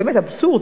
זה באמת אבסורד.